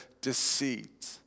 deceit